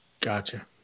Gotcha